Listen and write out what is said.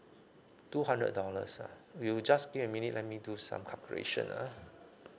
two hundred dollars ah you just give me a minute let me do some calculation ah